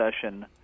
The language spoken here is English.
session